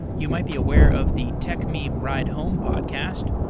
you might be aware of the techmeme ride home podcast,